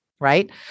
right